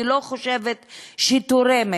אני לא חושבת שזה תורם.